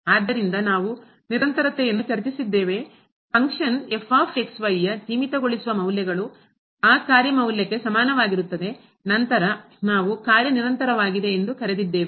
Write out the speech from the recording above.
ಆದ್ದರಿಂದ ನಾವು ನಿರಂತರತೆಯನ್ನು ಚರ್ಚಿಸಿದ್ದೇವೆ ಫಂಕ್ಷನ್ ಯ ಸೀಮಿತಗೊಳಿಸುವ ಮೌಲ್ಯಗಳು ಆ ಕಾರ್ಯ ಮೌಲ್ಯಕ್ಕೆ ಸಮಾನವಾಗಿರುತ್ತದೆ ನಂತರ ನಾವು ಕಾರ್ಯ ನಿರಂತರವಾಗಿದೆ ಎಂದು ಕರೆದಿದ್ದೇವೆ